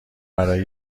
برای